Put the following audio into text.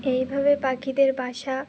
এইভাবে পাখিদের বাসা